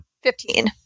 Fifteen